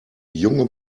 junge